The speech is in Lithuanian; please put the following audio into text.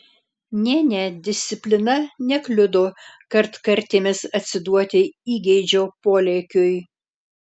ne ne disciplina nekliudo kartkartėmis atsiduoti įgeidžio polėkiui